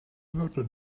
würde